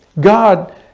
God